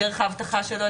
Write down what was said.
את דרך האבטחה שלו,